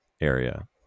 area